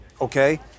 okay